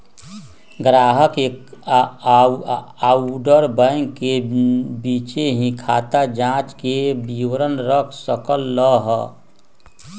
ग्राहक अउर बैंक के बीचे ही खाता जांचे के विवरण रख सक ल ह